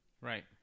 right